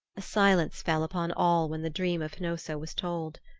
a silence fell upon all when the dream of hnossa was told.